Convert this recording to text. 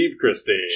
Christie